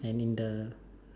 and in the